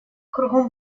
кругом